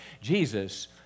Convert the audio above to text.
Jesus